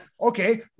okay